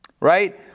right